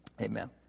Amen